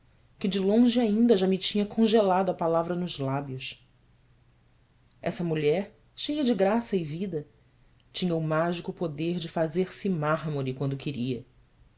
que de longe ainda já me tinha congelado a palavra nos lábios essa mulher cheia de graça e vida tinha o mágico poder de fazer-se mármore quando queria